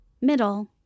middle